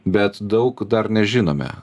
bet daug dar nežinome